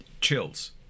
Chills